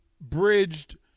bridged